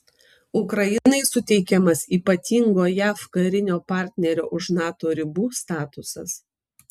ukrainai suteikiamas ypatingo jav karinio partnerio už nato ribų statusas